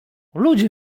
ludzie